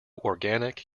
organic